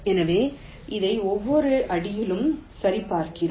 எனவே இதை ஒவ்வொரு அடியிலும் சரிபார்க்கிறோம்